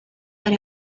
that